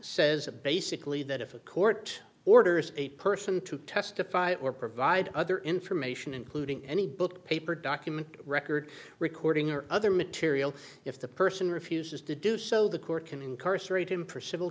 says a basically that if a court orders a person to testify or provide other information including any book paper document record recording or other material if the person refuses to do so the court can incarcerate